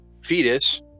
fetus